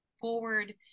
forward